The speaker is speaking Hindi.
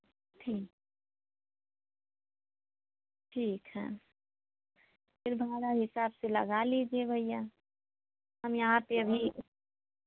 ठीक ठीक है फिर भाड़ा हिसाब से लगा लीजिए भैया हम यहाँ पर अभी